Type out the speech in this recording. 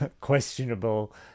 questionable